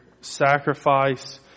sacrifice